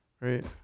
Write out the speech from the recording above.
right